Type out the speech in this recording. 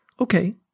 okay